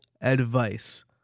advice